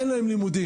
אין לימודים.